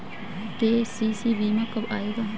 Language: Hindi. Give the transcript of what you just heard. के.सी.सी बीमा कब आएगा?